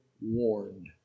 warned